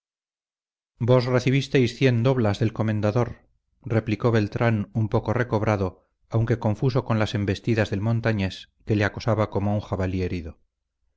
vos vos recibisteis cien doblas del comendador replicó beltrán un poco recobrado aunque confuso con las embestidas del montañés que le acosaba como un jabalí herido